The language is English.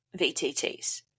VTTs